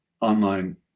online